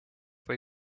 või